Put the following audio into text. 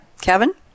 kevin